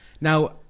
Now